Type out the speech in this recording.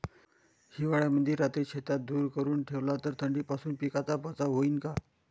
हिवाळ्यामंदी रात्री शेतात धुर करून ठेवला तर थंडीपासून पिकाचा बचाव होईन का?